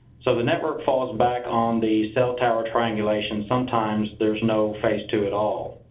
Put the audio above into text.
so the network falls back on the cell tower triangulation. sometimes there's no phase two at all.